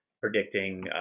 predicting